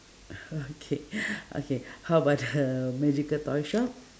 okay okay how about the magical toy shop